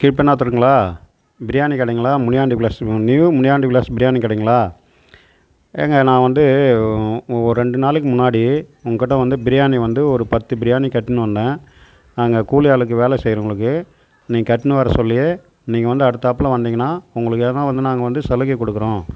கீழ் பண்ணாதுரைங்களா பிரியாணி கடைங்களா முனியாண்டி விலாஸ் நியூ முனியாண்டி விலாஸ் பிரியாணி கடைங்களா ஏங்க நான் வந்து ஒரு ரெண்டு நாளைக்கு முன்னாடி உங்கள் கிட்ட வந்து பிரியாணி வந்து ஒரு பத்து பிரியாணி கட்டின்னு வந்தேன் நாங்கள் கூலி ஆளுக்கு வேலை செய்யிறவங்களுக்கு நீங்கள் கட்டின வர சொல்லி நீங்கள் வந்து அடுத்தாப்போல வந்திங்கன்னால் உங்களுக்காக வந்து நாங்கள் வந்து சலுகை கொடுக்குறோம்